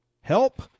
help